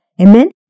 Amen